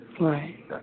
Right